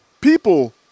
People